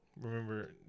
Remember